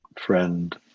Friend